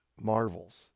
marvels